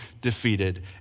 defeated